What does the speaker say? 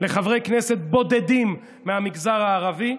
לחברי כנסת בודדים מהמגזר הערבי.